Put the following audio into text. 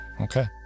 Okay